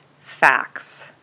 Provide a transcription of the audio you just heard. facts